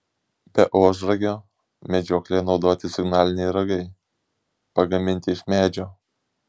be ožragio medžioklėje naudoti signaliniai ragai pagaminti iš medžio